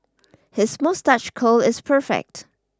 his moustache curl is perfect